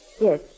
Yes